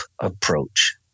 approach